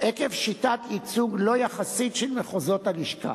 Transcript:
עקב שיטת ייצוג לא יחסית של מחוזות הלשכה.